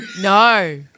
No